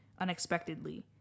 unexpectedly